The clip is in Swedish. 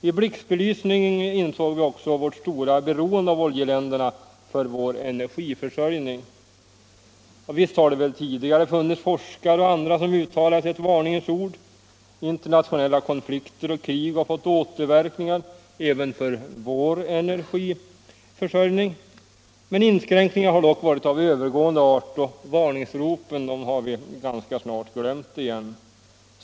I blixtbelysning insåg vi också vårt stora beroende av oljeländerna för vår energiförsörjning. Visst har det väl tidigare funnits forskare och andra som uttalat ett varningens ord, och internationella konflikter och krig har fått återverkningar även på vår energiförsörjning. Inskränkningarna har dock varit av övergående art, och varningsropen har vi ganska snart glömt igen.